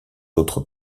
autres